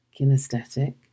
kinesthetic